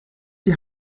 die